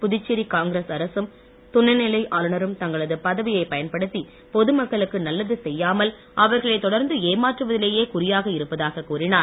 Puducherry Congress அரசும் துணை நிலை ஆளுநரும் தங்களது பதவியை பயன்படுத்தி பொதுமக்களுக்கு நல்லது செய்யாமல் அவர்களை தொடர்ந்து ஏமாற்றுவதிலேயே குறியாக இருப்பதாக கூறினார்